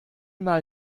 mal